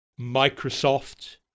Microsoft